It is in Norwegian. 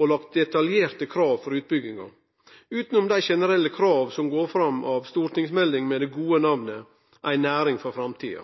og lagt detaljerte krav for utbygginga, utanom dei generelle krava som går fram av stortingsmeldinga med det gode namnet En næring for framtida.